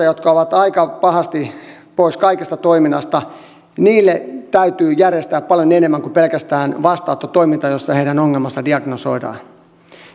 jotka ovat aika pahasti pois kaikesta toiminnasta täytyy järjestää paljon enemmän kuin pelkästään vastaanottotoimintaa jossa heidän ongelmansa diagnosoidaan